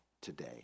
today